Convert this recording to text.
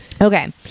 okay